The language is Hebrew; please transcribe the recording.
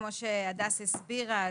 כמו שהדס הסבירה,